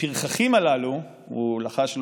"הפרחחים הללו", הוא לחש לו,